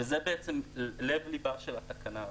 זה בעצם לב ליבה של התקנה הזאת.